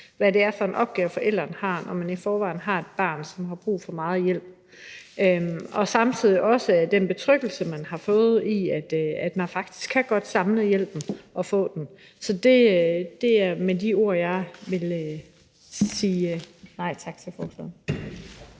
hvad det er for en opgave, forældrene har, når man i forvejen har et barn, som har brug for meget hjælp, og samtidig også den betryggelse, man har fået i, at man faktisk godt kan samle hjælpen og få den. Så det er med de ord, jeg vil sige nej tak til forslaget.